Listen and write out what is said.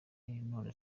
none